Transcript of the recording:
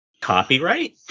Copyright